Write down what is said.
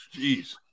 Jeez